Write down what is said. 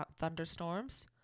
thunderstorms